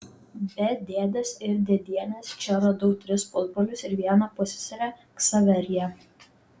be dėdės ir dėdienės čia radau tris pusbrolius ir vieną pusseserę ksaveriją